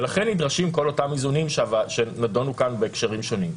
ולכן נדרשים כל אותם האיזונים שנדונו כאן בהקשרים שונים.